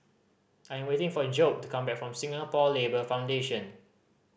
I am waiting for Jobe to come back from Singapore Labour Foundation